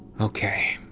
okay,